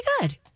good